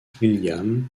williams